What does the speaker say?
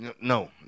No